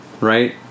Right